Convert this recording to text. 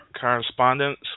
correspondence